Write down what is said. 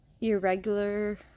irregular